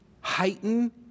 heighten